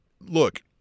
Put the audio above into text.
look